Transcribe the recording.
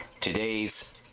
today's